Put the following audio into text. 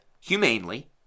humanely